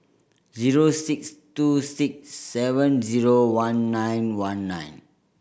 zero six two six seven zero one nine one nine